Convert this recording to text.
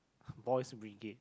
boys brigade